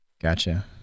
Gotcha